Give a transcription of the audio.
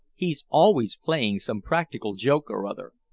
he's always playing some practical joke or other.